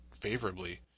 favorably